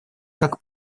как